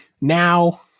now